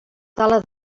tala